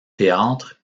théâtre